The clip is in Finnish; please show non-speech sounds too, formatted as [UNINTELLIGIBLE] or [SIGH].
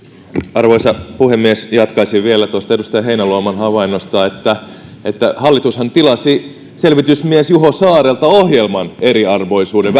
arvoisa puhemies jatkaisin vielä tuosta edustaja heinäluoman havainnosta että että hallitushan tilasi selvitysmies juho saarelta ohjelman eriarvoisuuden [UNINTELLIGIBLE]